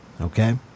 Okay